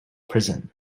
prison